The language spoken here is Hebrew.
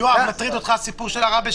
יואב, מטריד אותך הסיפור של ערבה?